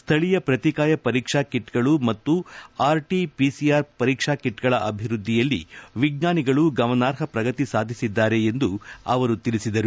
ಸ್ಥಳೀಯ ಪ್ರತಿಕಾಯ ಪರೀಕ್ಷಾ ಕಿಟ್ಗಳು ಮತ್ತು ಆರ್ಟಿ ಪಿಸಿಆರ್ ಪರೀಕ್ಷಾ ಕಿಟ್ಗಳ ಅಭಿವೃದ್ಧಿಯಲ್ಲಿ ವಿಜ್ಞಾನಿಗಳು ಗಮನಾರ್ಹ ಪ್ರಗತಿ ಸಾಧಿಸಿದ್ದಾರೆ ಎಂದು ಅವರು ತಿಳಿಸಿದರು